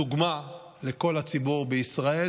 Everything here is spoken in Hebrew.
דוגמה לכל הציבור בישראל,